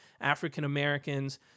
African-Americans